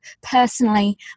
personally